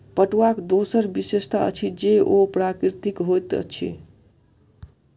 पटुआक दोसर विशेषता अछि जे ओ प्राकृतिक होइत अछि